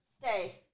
Stay